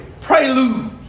prelude